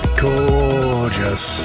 gorgeous